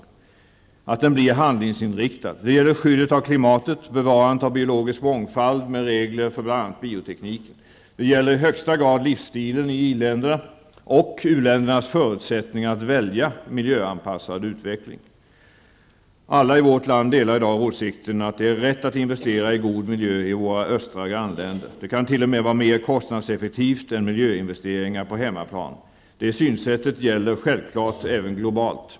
Den här konferensen måste bli handlingsinriktad: Det gäller skyddet av klimatet och bevarandet av biologisk mångfald med regler för bl.a. biotekniken. Det gäller i högsta grad livsstilen i iländerna och u-ländernas förutsättningar att välja miljöanpassad utveckling. Alla i vårt land delar i dag åsikten att det är rätt att investera i god miljö i våra östra grannländer. Det kan t.o.m. vara mer kostnadseffektivt är miljöinvesteringar på hemmaplan. Det synsättet gäller självklart även globalt.